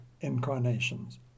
incarnations